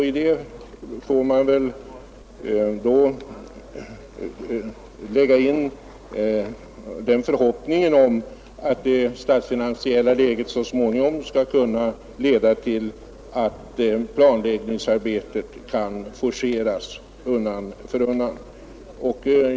I det får man väl lägga in den förhoppningen att en förbättring av det statsfinansiella läget skall kunna leda till att planläggningsarbetet kan forceras undan för undan.